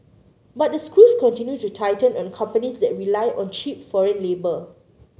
but the screws continue to tighten on companies that rely on cheap foreign labour